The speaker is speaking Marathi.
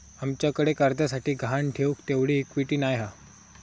आमच्याकडे कर्जासाठी गहाण ठेऊक तेवढी इक्विटी नाय हा